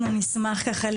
ככה,